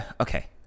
Okay